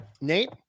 Nate